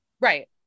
Right